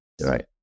Right